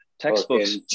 Textbooks